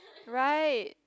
right